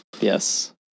Yes